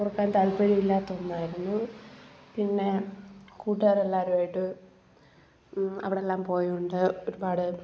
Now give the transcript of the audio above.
ഓർക്കാൻ താൽപ്പര്യമില്ലാത്ത ഒന്നായിരുന്നു പിന്നെ കൂട്ടുകാർ എല്ലാവരുമായിട്ട് അവിടെല്ലാം പോയോണ്ട് ഒരുപാട്